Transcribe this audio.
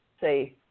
say